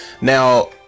Now